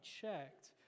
checked